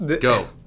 Go